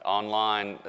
online